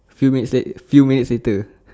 few minutes late few minutes later